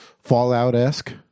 fallout-esque